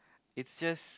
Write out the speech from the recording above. it's just